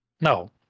No